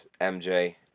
MJ